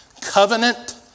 Covenant